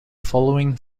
following